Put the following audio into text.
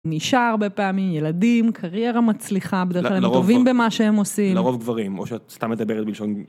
נשאר בפעמים ילדים קריירה מצליחה בדרך כלל הם טובים במה שהם עושים לרוב גברים או שאת סתם מדברת בלשון.